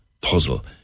puzzle